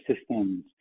systems